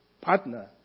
partner